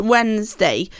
Wednesday